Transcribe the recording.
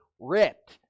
ripped